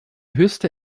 höchste